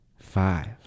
five